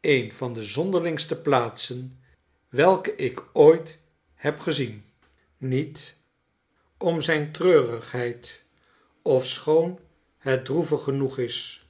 een van de zonderlingste plaatsen welke ik ooit heb gezien niet om zyn treurigheid ofschoon het droevig genoeg is